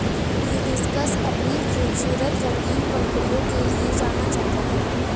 hibiscus अपनी खूबसूरत रंगीन पंखुड़ियों के लिए जाना जाता है